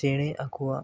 ᱪᱮᱬᱮ ᱟᱠᱚᱣᱟᱜ